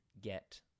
get